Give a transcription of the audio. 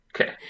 Okay